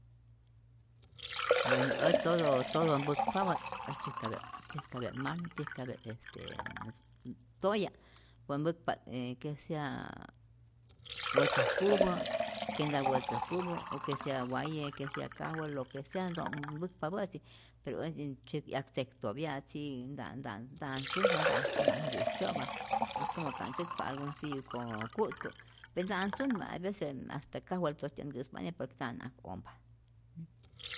Bueno ät todo todo mpäkpapä't ät tzyäjkapya't, tzyäjkapya't mal tzyäjkapya't toya, po mpäkpa't n que sea wätzäjkupä, que nta wätzäjkupä o que sea waye, que sea kajwel, lo que sea nto'nhk päkpapätzi, pero ät y tzyäk yak tzektyopya'tzi, nta'at sunpa, nta'at nkä'sytyo'pa, en como ka'n ntzäkpa algun tiyä como ku'tku pe nta'at sunpa aveces hasta kajwel kästyia't nkä'spa ane por que nta'at ak'ompa.